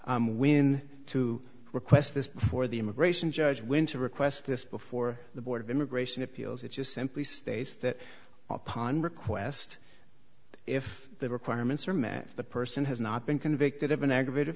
when to request this before the immigration judge winter requests this before the board of immigration appeals it just simply states that upon request if the requirements are met the person has not been convicted of an aggravated